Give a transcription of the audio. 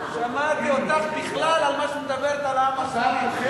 שמעתי אותך בכלל, על מה שאת מדברת על העם הסורי.